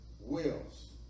wills